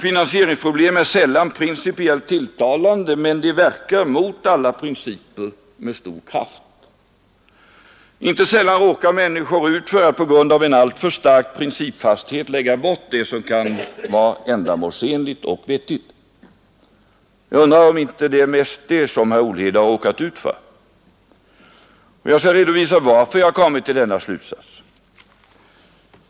Finansieringsproblem är sällan principiellt tilltalande, men de verkar, mot alla principer, med stor kraft. Inte sällan råkar människor ut för att just på grund av en alltför stark principfasthet lägga bort det som kan vara ändamålsenligt och vettigt. Jag undrar om det inte är mest det som herr Olhede har råkat ut för, och jag skall här redovisa varför jag kommit till denna slutsats.